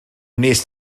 wnest